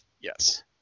yes